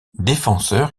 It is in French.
défenseur